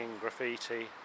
graffiti